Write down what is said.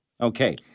Okay